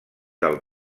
del